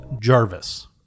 Jarvis